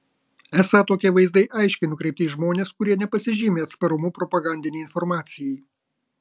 esą tokie vaizdai aiškiai nukreipti į žmones kurie nepasižymi atsparumu propagandinei informacijai